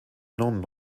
non